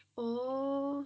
oh